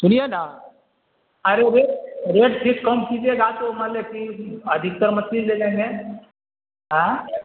سنیے نا ارے ریٹ ریٹ ٹھیک کم کییجیے گا تو مان لیا کہ ادھکتر مچھلی لے لیں گے آئیں